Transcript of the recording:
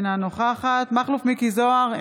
אינה נוכחת מכלוף מיקי זוהר,